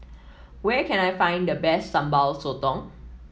where can I find the best Sambal Sotong